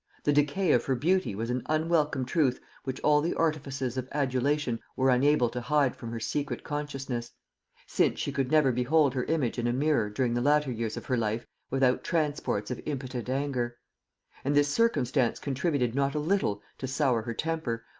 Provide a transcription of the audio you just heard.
the decay of her beauty was an unwelcome truth which all the artifices of adulation were unable to hide from her secret consciousness since she could never behold her image in a mirror, during the latter years of her life, without transports of impotent anger and this circumstance contributed not a little to sour her temper,